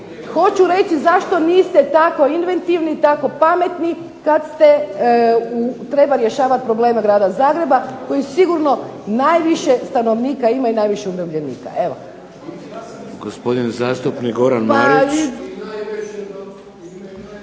Hoću reći zašto niste tako inventivni, tako pametni kad ste trebali rješavati probleme grada Zagreba, koji sigurno najviše stanovnika imaju, najviše umirovljenika.